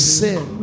sin